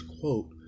quote